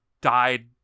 died